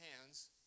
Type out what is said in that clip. hands